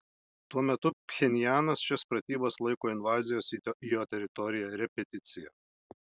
tuo metu pchenjanas šias pratybas laiko invazijos į jo teritoriją repeticija